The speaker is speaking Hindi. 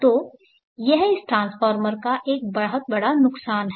तो यह इस ट्रांसफार्मर का एक बड़ा नुकसान है